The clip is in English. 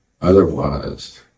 otherwise